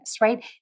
right